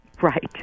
Right